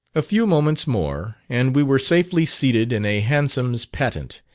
a few moments more, and we were safely seated in a hansom's patent,